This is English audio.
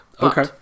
Okay